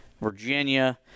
Virginia